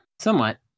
Somewhat